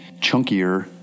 chunkier